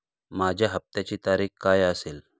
माझ्या हप्त्याची तारीख काय असेल?